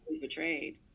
betrayed